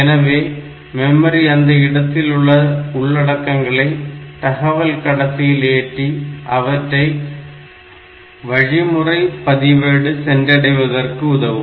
எனவே மெமரி அந்த இடத்தில் உள்ள உள்ளடக்கங்களை தகவல் கடத்தியில் ஏற்றி அவற்றை வழிமுறை பதிவேடு சென்றடைவதற்கு உதவும்